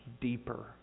deeper